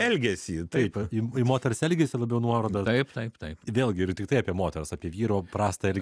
elgesį taip ir moters elgesį labiau nuoroda taip taip taip vėlgi ir tiktai apie moters apie vyro prastą ir